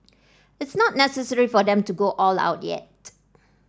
it's not necessary for them to go all out yet